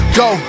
go